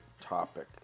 topic